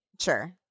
Sure